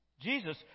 Jesus